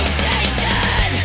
station